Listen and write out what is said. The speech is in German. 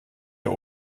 der